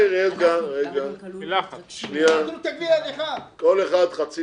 מעכשיו כל אחד חצי